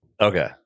Okay